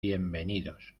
bienvenidos